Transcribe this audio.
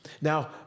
Now